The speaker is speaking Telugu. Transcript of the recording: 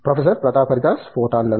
ప్రొఫెసర్ ప్రతాప్ హరిదాస్ ఫోటాన్లు